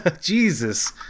jesus